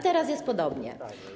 Teraz jest podobnie.